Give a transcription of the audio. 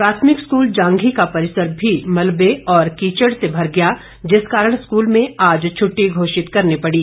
प्राथमिक स्कूल जांधी का परिसर भी मलबे और कीचड़ से भर गया है जिस कारण स्कूल में आज छुट्टी घोषित करनी पड़ी